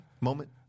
moment